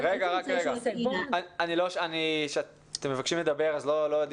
נציגת משרד החינוך, את מדברת על זה